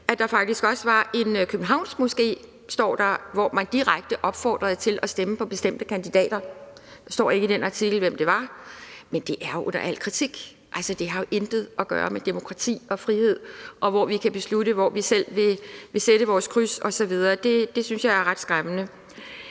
at der også var en københavnsk moské, hvor man direkte opfordrede til at stemme på bestemte kandidater. Det står ikke i den artikel, hvem det var, men det er jo da under al kritik, altså, det har jo intet at gøre med demokrati og frihed. Det synes jeg er ret skræmmende.